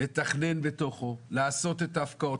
לתכנן בתוכו, לעשות את ההפקעות.